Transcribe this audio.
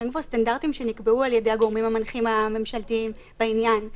שהם כבר סטנדרטים שנקבעו על-ידי הגורמים המנחים הממשלתיים בעניין.